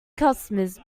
customers